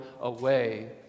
away